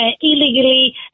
illegally